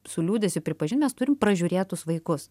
su liūdesiu pripažint mes turim pražiūrėtus vaikus